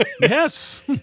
yes